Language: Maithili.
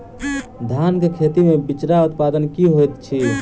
धान केँ खेती मे बिचरा उत्पादन की होइत छी?